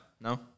No